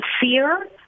fear